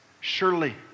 surely